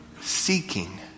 Seeking